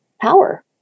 power